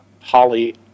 Holly